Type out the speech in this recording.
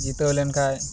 ᱡᱤᱛᱟᱹᱣ ᱞᱮᱱᱠᱷᱟᱱ